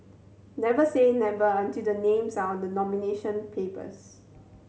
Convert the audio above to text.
never say never until the names are on the nomination papers